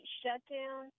shutdown